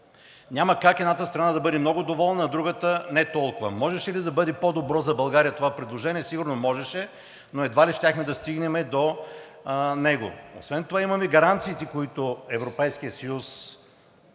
Няма как едната страна да бъде много доволна, а другата не толкова. Можеше ли да бъде по-добро за България това предложение? Сигурно можеше, но едва ли щяхме да стигнем до него. Освен това имаме гаранциите, които Европейският съюз